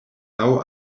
laŭ